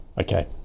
Okay